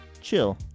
Chill